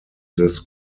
this